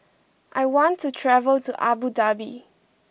I want to travel to Abu Dhabi